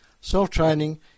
self-training